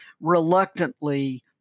Reluctantly